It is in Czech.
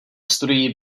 studií